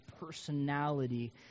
personality